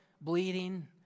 bleeding